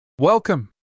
Welcome